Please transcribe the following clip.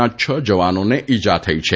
ના છ જવાનોને ઇજા થઇ છે